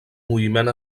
moviment